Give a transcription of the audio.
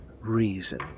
reason